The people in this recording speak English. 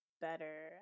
better